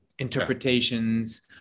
interpretations